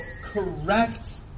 correct